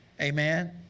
Amen